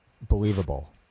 believable